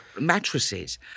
mattresses